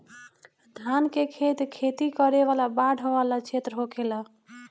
धान के खेत खेती करे वाला बाढ़ वाला क्षेत्र होखेला